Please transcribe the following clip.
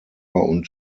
und